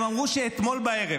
הם אמרו שאתמול בערב